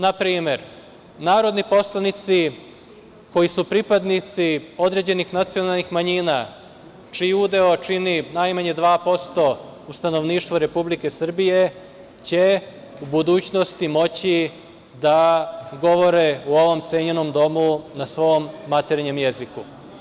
Na primer, narodni poslanici koji su pripadnici određenih nacionalnih manjina, čiji udeo čini najmanje 2% stanovništva Republike Srbije će u budućnosti moći da govore u ovom cenjenom domu na svom maternjem jeziku.